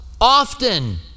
often